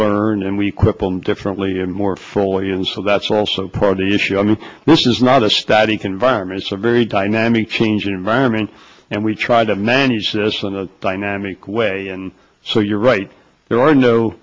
learn and we quit them differently and more fully and so that's also part of the issue i mean this is not a static environments a very dynamic changing environment and we try to manage this in a dynamic way and so you're right there are no